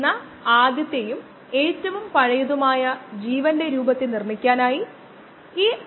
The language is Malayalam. നമുക്ക് എല്ലാവർക്കും അറിയാം log a ലേക്ക് ബേസ് a 1 ആണ് അതിനാൽ ഇത് kd കൊണ്ട് 2